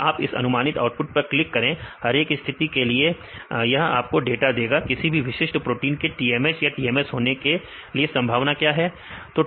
अगर आप इस अनुमानित आउटपुट पर क्लिक करें हर एक स्थिति के लिए यह आपको डाटा देगा किसी भी विशिष्ट प्रोटीन के TMH या TMS होने के लिए संभावना क्या है